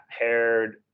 paired